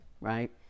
right